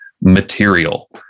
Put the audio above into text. material